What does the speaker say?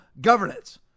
governance